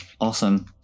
Awesome